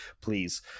please